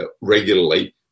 regularly